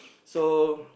so